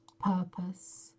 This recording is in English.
purpose